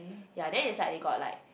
ya then it's like they got like